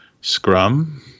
scrum